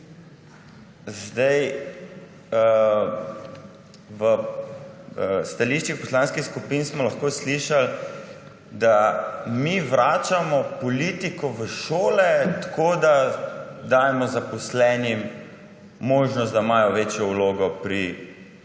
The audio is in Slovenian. ZOFVI, v stališčih poslanskih skupin smo lahko slišali, da mi vračamo politiko v šole tako, da dajemo zaposlenim možnost, da imajo večjo vlogo v